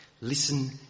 listen